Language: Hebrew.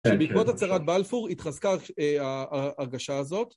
בעקבות הצהרת בלפור התחזקה ההרגשה הזאת